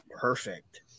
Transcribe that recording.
perfect